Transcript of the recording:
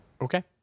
Okay